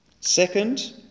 Second